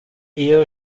ehe